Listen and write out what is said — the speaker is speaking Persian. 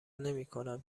نمیکنم